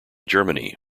germany